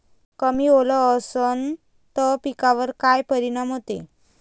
कमी ओल असनं त पिकावर काय परिनाम होते?